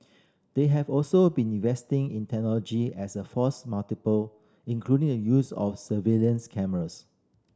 they have also been investing in technology as a force multiple including the use of surveillance cameras